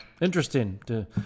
interesting